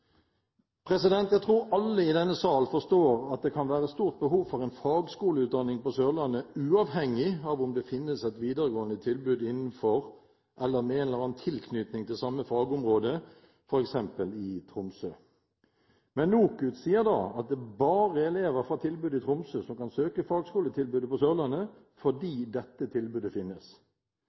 Jeg tror alle i denne sal forstår at det kan være stort behov for en fagskoleutdanning på Sørlandet, uavhengig av om det finnes et videregående tilbud innenfor – eller med en eller annen tilknytning til – samme fagområde f.eks. i Tromsø. Men NOKUT sier da at det bare er elever fra tilbudet i Tromsø som kan søke fagskoletilbudet på Sørlandet, fordi dette tilbudet finnes.